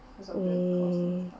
mm